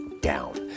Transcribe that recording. down